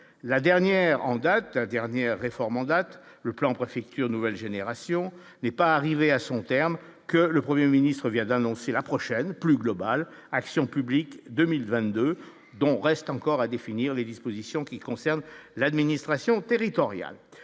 dernière réforme en date, le plan préfecture nouvelle génération n'est pas arrivée à son terme que le 1er ministre vient d'annoncer la prochaine plus global action publique 2022 dont restent encore à définir les dispositions qui concernent l'administration territoriale,